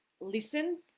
Listen